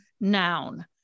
noun